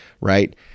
Right